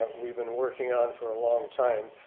we've been working on for a long time,